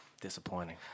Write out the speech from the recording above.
Disappointing